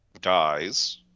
dies